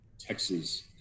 Texas